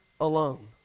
alone